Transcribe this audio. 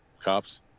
cops